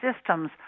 systems